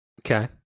Okay